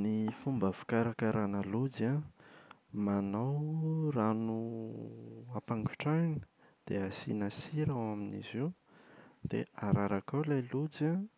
Ny fomba fikarakarana lojy an: manao rano ampangotrahina dia asiana sira ao amin’izy io dia araraka ao ilay lojy an.